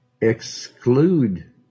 exclude